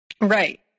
Right